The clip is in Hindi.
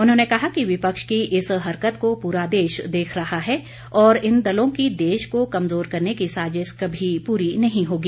उन्होंने कहा कि विपक्ष की इस हरकत को पूरा देश देख रहा है और इन दलों का देश को कमजोर करने की साजिश कभी पूरी नहीं होगी